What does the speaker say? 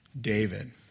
David